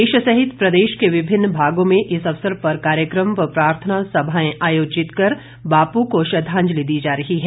देश सहित प्रदेश के विभिन्न भागों में इस अवसर पर कार्यक्रम व प्रार्थना सभाएं आयोजित कर बापू को श्रद्वाजंलि दी जा रही है